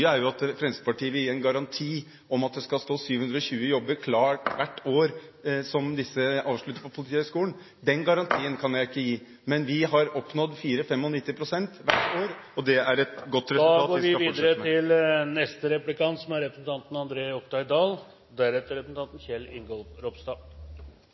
er at Fremskrittspartiet vil gi en garanti om at det skal stå 720 jobber klare hvert år etter som studentene gar ut av Politihøgskolen. Den garantien kan jeg ikke gi. Men vi har oppnådd 94–95 pst. hvert år. Det er et godt resultat – det skal vi fortsatt ha. Når representanten Bøhler viser til